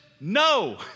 No